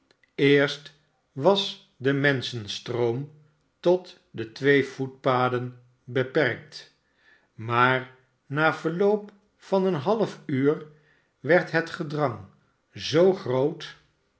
eerst was de menschenstroom tot de twee voetpaden beperkt maar na verloop van een half uur werd het gedrang zoo groot